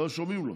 לא שומעים לו.